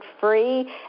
free